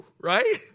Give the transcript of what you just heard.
right